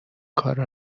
کارو